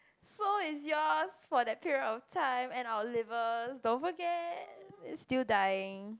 so it's yours for that period of time and our livers don't forget is still dying